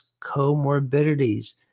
comorbidities